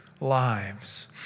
lives